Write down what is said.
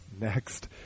next